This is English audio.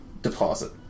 deposit